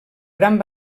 gran